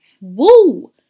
Woo